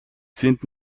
sind